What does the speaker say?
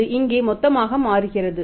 அது இங்கே மொத்தமாக மாறுகிறது